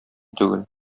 түгел